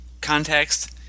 context